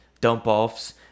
dump-offs